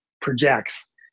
projects